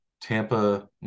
Tampa